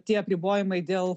tie apribojimai dėl